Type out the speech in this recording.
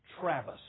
Travis